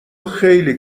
خیلی